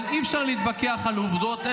אבל אי-אפשר להתווכח על עובדות,